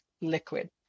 liquid